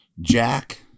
Jack